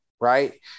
Right